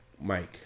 Mike